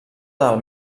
del